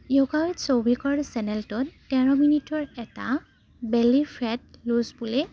yoga with শৌভিকৰ চেনেলটোত তেৰ মিনিটৰ এটা বেলি ফেট লুজ বুলি